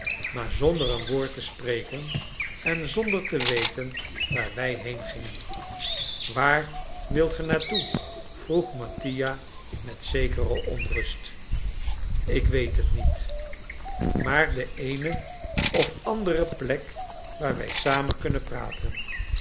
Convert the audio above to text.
maar zonder een woord te spreken en zonder te weten waar wij heengingen waar wilt ge naar toe vroeg mattia met zekere onrust ik weet het niet naar de eene of andere plek waar wij samen kunnen praten